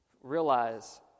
realize